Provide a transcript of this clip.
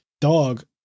dog